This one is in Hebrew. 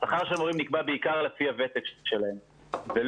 השכר של המורים נקבע בעיקר לפי הוותק שלהם ולא,